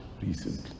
recently